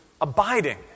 abiding